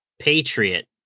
Patriot